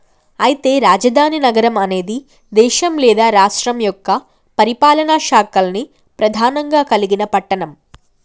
అయితే రాజధాని నగరం అనేది దేశం లేదా రాష్ట్రం యొక్క పరిపాలనా శాఖల్ని ప్రధానంగా కలిగిన పట్టణం